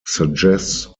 suggests